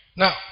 Now